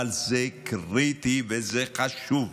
אבל זה קריטי וזה חשוב,